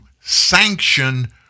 sanction